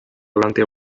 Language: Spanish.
durante